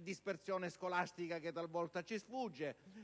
dispersione scolastica che talvolta ci sfugge,